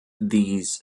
these